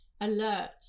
alert